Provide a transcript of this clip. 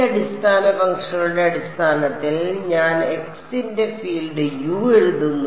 ഈ അടിസ്ഥാന ഫംഗ്ഷനുകളുടെ അടിസ്ഥാനത്തിൽ ഞാൻ x ന്റെ ഫീൽഡ് u എഴുതുന്നു